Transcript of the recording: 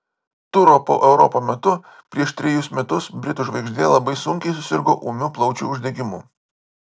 turo po europą metu prieš trejus metus britų žvaigždė labai sunkiai susirgo ūmiu plaučių uždegimu